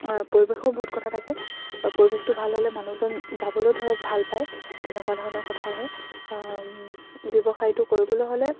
পৰিৱেশৰো বহুত কথা থাকে পৰিৱেশটো ভাল হ'লে মানুহজন যাবলৈও ধৰক ভাল পায় তেনেকুৱা ধৰণৰ কথা আহে ব্যৱসায়টো কৰিবলৈ হ'লে